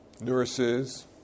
nurses